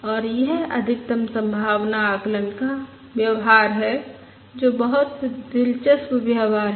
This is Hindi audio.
और यह अधिकतम संभावना आकलन का व्यवहार है जो बहुत दिलचस्प व्यवहार है